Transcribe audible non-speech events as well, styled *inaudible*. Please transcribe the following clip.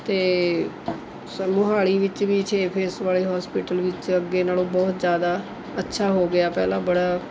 ਅਤੇ *unintelligible* ਮੋਹਾਲੀ ਵਿੱਚ ਵੀ ਛੇ ਫੇਸ ਵਾਲੇ ਹੋਸਪਿਟਲ ਵਿੱਚ ਅੱਗੇ ਨਾਲੋਂ ਬਹੁਤ ਜ਼ਿਆਦਾ ਅੱਛਾ ਹੋ ਗਿਆ ਪਹਿਲਾਂ ਬੜਾ